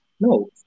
No